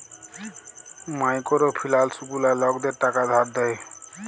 micro ফিলালস গুলা লকদের টাকা ধার দেয়